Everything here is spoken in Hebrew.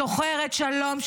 שוחרת שלום,